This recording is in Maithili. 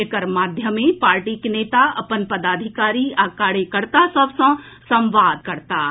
एकर माध्यमे पार्टीक नेता अपन पदाधिकारी आ कार्यकर्ता सभ सँ संवाद करताह